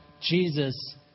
Jesus